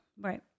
Right